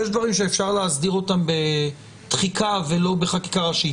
יש דברים שאפשר להסדיר בתחיקה ולא בחקיקה ראשית,